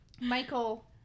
Michael